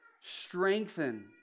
strengthen